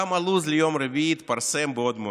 גם הלו"ז ליום רביעי התפרסם מבעוד מועד.